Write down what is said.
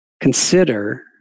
consider